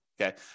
Okay